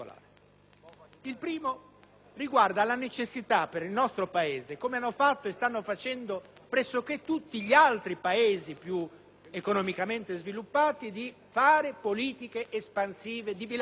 Il primo riguarda la necessità per il nostro Paese, come hanno fatto e stanno facendo pressoché tutti gli altri Paesi più economicamente sviluppati, di fare politiche espansive di bilancio,